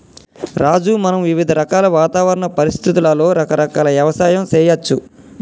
రాజు మనం వివిధ రకాల వాతావరణ పరిస్థితులలో రకరకాల యవసాయం సేయచ్చు